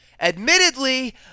Admittedly